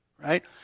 right